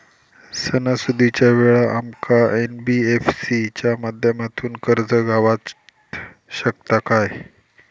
सणासुदीच्या वेळा आमका एन.बी.एफ.सी च्या माध्यमातून कर्ज गावात शकता काय?